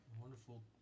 wonderful